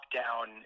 down